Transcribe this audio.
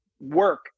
work